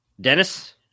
Dennis